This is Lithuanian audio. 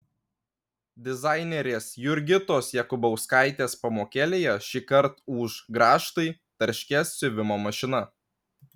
dizainerės jurgitos jakubauskaitės pamokėlėje šįkart ūš grąžtai tarškės siuvimo mašina